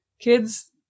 Kids